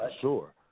Sure